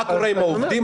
מה קורה עם העובדים,